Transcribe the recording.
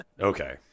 okay